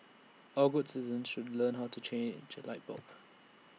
all good citizens should learn how to change A light bulb